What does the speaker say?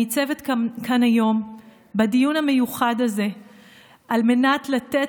אני ניצבת כאן היום בדיון המיוחד הזה על מנת לתת